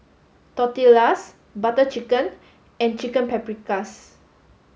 Tortillas Butter Chicken and Chicken Paprikas